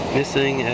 missing